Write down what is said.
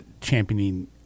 championing